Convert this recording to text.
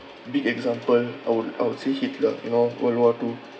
big example I would I would say hitler you know world war two